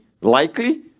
likely